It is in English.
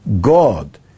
God